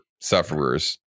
sufferers